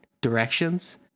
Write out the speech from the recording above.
directions